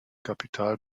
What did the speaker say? kapital